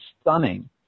stunning